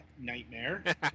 nightmare